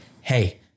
hey